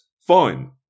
Fine